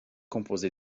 composé